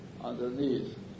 underneath